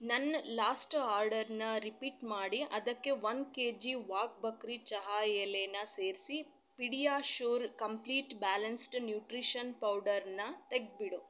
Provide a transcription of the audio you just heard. ನನ್ನ ಲಾಸ್ಟ್ ಆರ್ಡರ್ನ ರಿಪೀಟ್ ಮಾಡಿ ಅದಕ್ಕೆ ಒಂದು ಕೆ ಜಿ ವಾಗ್ ಬಕ್ರಿ ಚಹಾ ಎಲೇನ ಸೇರಿಸಿ ಪಿಡಿಯಾಶೂರ್ ಕಂಪ್ಲೀಟ್ ಬ್ಯಾಲೆನ್ಸ್ಡ್ ನ್ಯೂಟ್ರಿಷನ್ ಪೌಡರ್ನ ತೆಗ್ದು ಬಿಡು